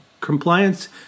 Compliance